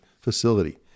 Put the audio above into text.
facility